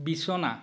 বিছনা